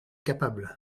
capable